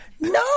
no